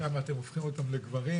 שם אתם הופכים אותם לגברים,